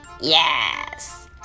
Yes